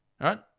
right